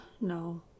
no